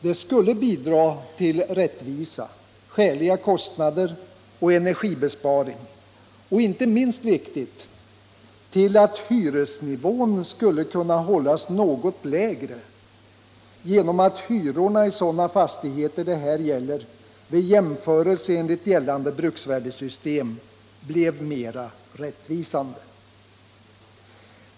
Det skulle bidra till rättvisa, skäliga kostnader och energibesparing och — inte minst viktigt — till att hyresnivån skulle kunna hållas något lägre genom att hyrorna i sådana fastigheter som det här gäller vid jämförelse enligt gällande bruksvärdessystem blev mer rättvisande.